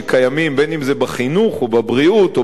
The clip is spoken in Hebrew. בין שזה בחינוך או בבריאות או ברווחה או